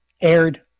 aired